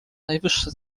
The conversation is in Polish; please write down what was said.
najwyższe